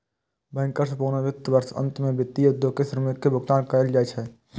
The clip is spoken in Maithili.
बैंकर्स बोनस वित्त वर्षक अंत मे वित्तीय उद्योग के श्रमिक कें भुगतान कैल जाइ छै